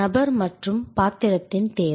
நபர் மற்றும் பாத்திரத்தின் தேவை